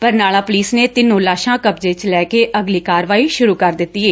Barnala police ਨੇ ਤਿਨੋ ਲਾਸਾਂ ਕਬਜੇ 'ਚ ਲੈਕੇ ਅਗਲੀ ਕਾਰਵਾਈ ਸੁਰੁ ਕਰ ਦਿੱਤੀ ਏ